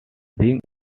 being